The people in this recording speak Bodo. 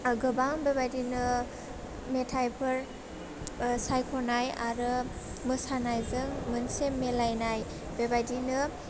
गोबां बेबायदिनो मेथाइफोर साइखनाय आरो मोसानायजों मोनसे मिलायनाय बेबायदिनो